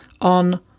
on